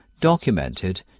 documented